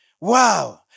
Wow